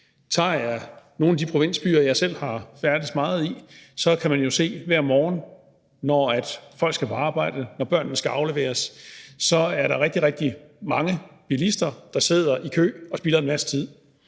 Tager man nogle af de provinsbyer, som jeg selv har færdedes meget i, kan man jo se, at der hver morgen, når folk skal på arbejde og børnene skal afleveres, er rigtig, rigtig mange bilister, der sidder i kø og spilder en masse tid.